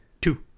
two